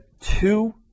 two